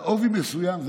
על עובי מסוים.